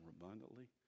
abundantly